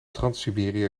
transsiberië